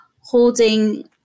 holding